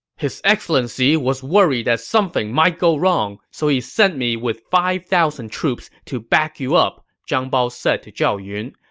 his excellency was worried that something might go wrong, so he sent me with five thousand troops to back you up! zhang bao said to zhao yun.